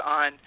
on